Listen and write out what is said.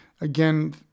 again